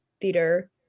theater